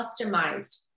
customized